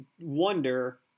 wonder